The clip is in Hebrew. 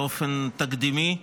באופן תקדימי.